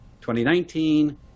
2019